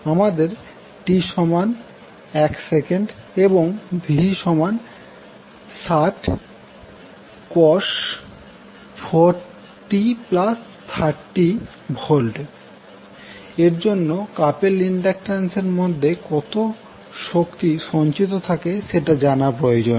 আমাদের t1s এবং v60cos 4t30 V এর জন্য কাপেল ইন্ডাক্টান্স এর মধ্যে কত শক্তি সঞ্চিত থাকে সেটা জানা প্রয়োজন